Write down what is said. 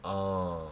orh